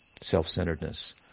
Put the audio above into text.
self-centeredness